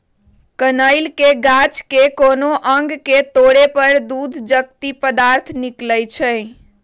कनइल के गाछ के कोनो अङग के तोरे पर दूध जकति पदार्थ निकलइ छै